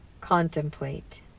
contemplate